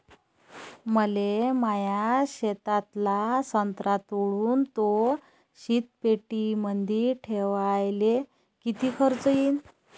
मले माया शेतातला संत्रा तोडून तो शीतपेटीमंदी ठेवायले किती खर्च येईन?